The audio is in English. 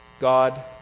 God